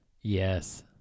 Yes